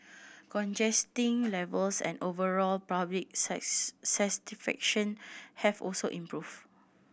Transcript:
levels and overall public satisfaction have also improved